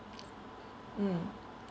mm